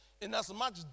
Inasmuch